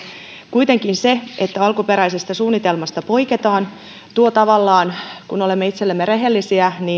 kuitenkin se että alkuperäisestä suunnitelmasta poiketaan tuo tavallaan kun olemme itsellemme rehellisiä